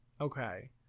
okay